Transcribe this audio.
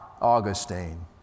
Augustine